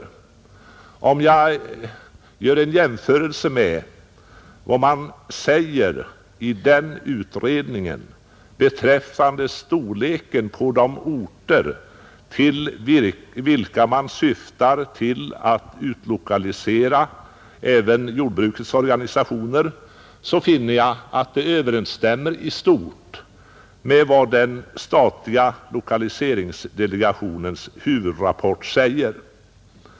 Om jag gör en jämförelse med vad utredningen skriver beträffande storleken av de orter till vilka man kan tänka sig en utlokalisering även av jordbrukets organisationer, så finner jag att det överensstämmer i stort med vad som sägs i den statliga lokaliseringsdelegationens huvudrapport.